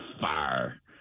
fire